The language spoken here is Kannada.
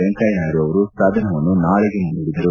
ವೆಂಕಯ್ದ ನಾಯ್ದು ಅವರು ಸದನವನ್ನು ನಾಳೆಗೆ ಮುಂದೂಡಿದರು